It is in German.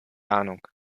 ahnung